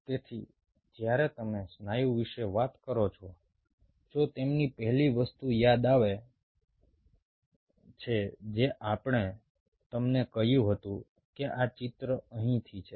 તેથી જ્યારે તમે સ્નાયુ વિશે વાત કરો છો જો તમને પહેલી વસ્તુ યાદ આવે છે જે આપણે તમને કહ્યું હતું કે આ ચિત્ર અહીંથી છે